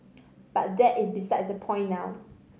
but that is besides the point now